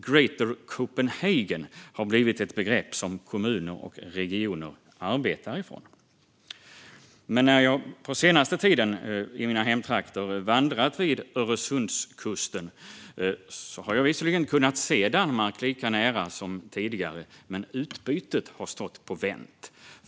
Greater Copenhagen har blivit ett begrepp som kommuner och regioner arbetar utifrån. Men när jag på senare tid i mina hemtrakter har vandrat vid Öresundskusten har jag visserligen kunnat se Danmark lika nära som tidigare, men utbytet har stått på vänt.